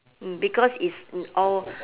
mm because it's in all